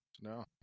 No